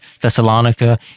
Thessalonica